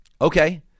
Okay